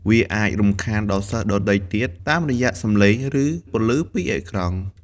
វាអាចរំខានដល់សិស្សដទៃទៀតតាមរយៈសំឡេង ឬពន្លឺពីអេក្រង់។